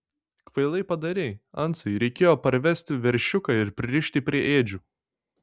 kvailai padarei ansai reikėjo parvesti veršiuką ir pririšti prie ėdžių